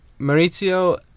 Maurizio